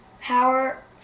power